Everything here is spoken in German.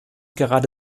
gerade